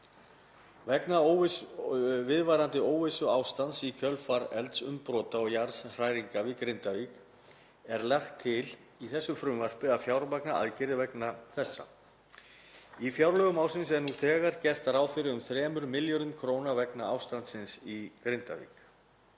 Vegna viðvarandi óvissuástands í kjölfar eldsumbrota og jarðhræringa við Grindavík er lagt til í þessu frumvarpi að fjármagna aðgerðir vegna þessa. Í fjárlögum ársins er nú þegar gert ráð fyrir um 3 milljörðum kr. vegna ástandsins í Grindavík.